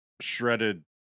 shredded